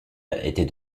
était